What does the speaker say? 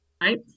Right